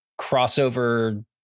crossover